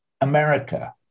America